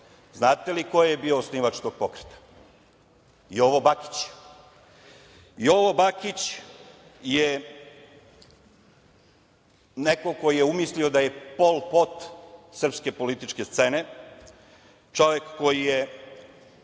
Znate li ko je bio osnivač tog pokreta? Jovo Bakić. Jovo Bakić je neko ko je umislio da je Pol Pot srpske političke scene, čovek koji je